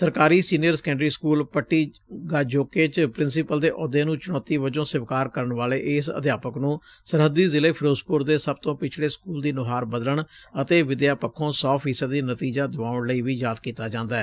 ਸਰਕਾਰੀ senior secondary school Patti Gajoke ਚ principal ਦੇ ਅਹੁਦੇ ਨੂੰ ਚੁਣੌਤੀ ਵਜੋ ਸਵੀਕਾਰ ਕਰਨ ਵਾਲੇ ਇਸ ਅਧਿਆਪਕ ਨੂੰ ਸਰਹੱਦੀ ਜ਼ਿਲ੍ਹੇ ਫਿਰੋਜ਼ਪੁਰ ਦੇ ਸਭ ਤੋਂ ਪਿਛੜੇ ਸਕੁਲ ਦੀ ਨੁਹਾਰ ਬਦਲਣ ਅਤੇ ਵਿਦਿਆ ਪਖੋ ਸੌ ਫ਼ੀਸਦੀ ਨਤੀਜਾ ਦਿਵਾਉਣ ਲਈ ਵੀ ਯਾਦ ਕੀਤਾ ਜਾਂਦੈ